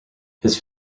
his